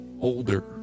older